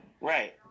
Right